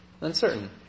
uncertain